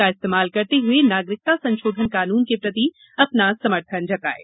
का इस्तेमाल करते हए नागरिकता संशोधन कानून के प्रति अपना समर्थन दर्शाएं